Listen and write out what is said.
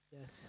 Yes